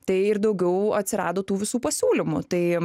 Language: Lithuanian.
tai ir daugiau atsirado tų visų pasiūlymų tai